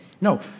No